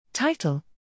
Title